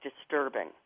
disturbing